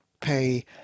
pay